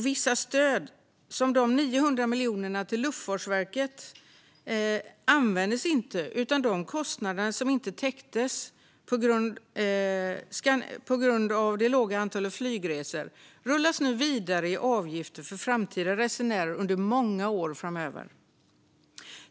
Vissa stöd, som de 900 miljonerna till Luftfartsverket, användes inte, utan de kostnader som på grund av det låga antalet flygresor inte täcktes rullas nu vidare i form av avgifter för framtida resenärer under många år framöver.